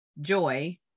Joy